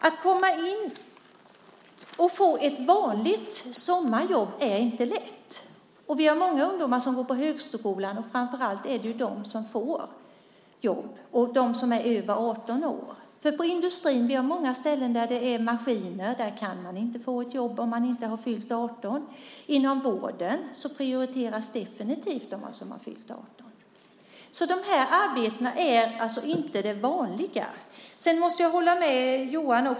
Att komma in och få ett vanligt sommarjobb är inte lätt. Vi har många ungdomar som går på högskolan, och framför allt är det ju de som får jobb, och de som är över 18 år. I industrin har vi många ställen som har maskiner. Där kan man inte få ett jobb om man inte har fyllt 18. Inom vården prioriteras definitivt de som har fyllt 18. Dessa arbeten är alltså inte det vanliga. Sedan måste jag också hålla med Johan.